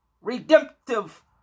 redemptive